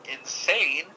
insane